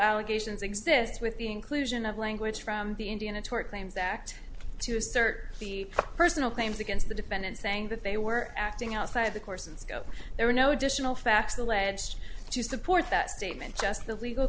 allegations exists with the inclusion of language from the indiana tort claims act to assert personal claims against the defendant saying that they were acting outside of the course and scope there were no additional facts alleged to support that statement just the legal